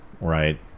right